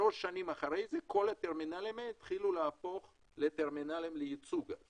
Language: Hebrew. שלוש שנים אחרי זה כל הטרמינלים האלה הפכו לטרמינלים לייצוא גז